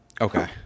Okay